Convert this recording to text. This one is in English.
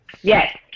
Yes